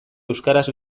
euskaraz